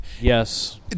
Yes